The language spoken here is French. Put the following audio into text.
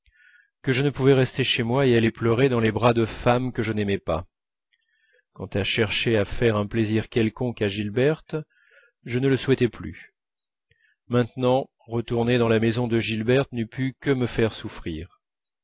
que je ne pouvais rester chez moi et allais pleurer dans les bras de femmes que je n'aimais pas quant à chercher à faire un plaisir quelconque à gilberte je ne le souhaitais plus maintenant retourner dans la maison de gilberte n'eût pu que me faire souffrir